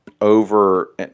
over